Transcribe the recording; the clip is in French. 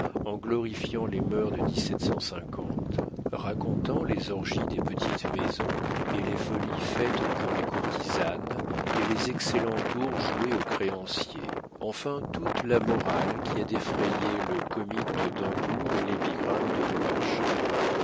en glorifiant les mœurs de racontant les orgies des petites maisons et les folies faites pour les courtisanes et les excellents tours joués aux créanciers enfin toute la morale qui a défrayé le comique de dancourt et l'épigramme de beaumarchais malheureusement